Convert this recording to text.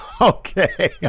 Okay